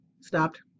Stopped